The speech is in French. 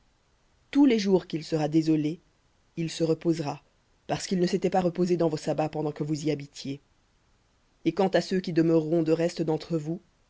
tous les jours qu'il sera désolé il se reposera parce qu'il ne s'était pas reposé dans vos sabbats pendant que vous y habitiez et quant à ceux qui demeureront de reste d'entre vous